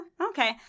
Okay